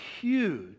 huge